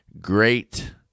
great